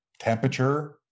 temperature